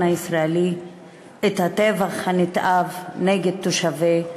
הישראליים את הטבח הנתעב בתושבי כפר-קאסם.